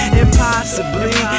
impossibly